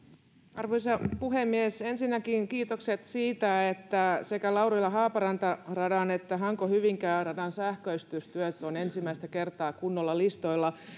arvoisa puhemies ensinnäkin kiitokset siitä että sekä laurila haaparanta radan että hanko hyvinkää radan sähköistystyöt ovat ensimmäistä kertaa kunnolla listoilla